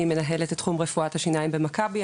אני מנהלת את רפואת השיניים ב"מכבי".